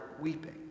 weeping